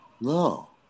No